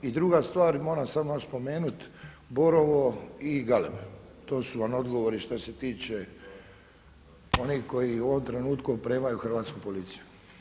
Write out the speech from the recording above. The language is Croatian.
I druga stvar i moram samo još spomenuti Borovo i Galeb, to su vam odgovori što se tiče onih koji u ovom trenutku opremaju Hrvatsku policiju.